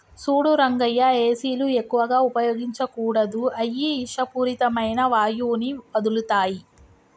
సూడు రంగయ్య ఏసీలు ఎక్కువగా ఉపయోగించకూడదు అయ్యి ఇషపూరితమైన వాయువుని వదులుతాయి